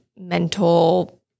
mental